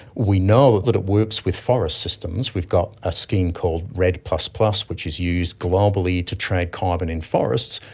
we know that it works with forest systems, we've got a scheme called redd plus plus which is used globally to trade carbon in forests.